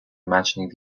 imagining